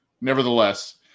nevertheless –